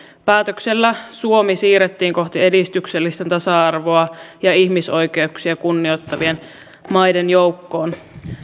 päätöksellä suomi siirrettiin kohti edistyksellistä tasa arvoa ja ihmisoikeuksia kunnioittavien maiden joukkoon